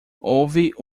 houve